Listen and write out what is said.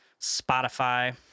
Spotify